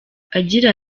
agira